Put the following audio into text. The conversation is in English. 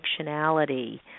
functionality